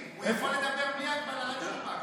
הוא יכול לדבר בלי הגבלה עד שהוא בא,